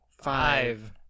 Five